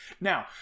Now